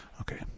Okay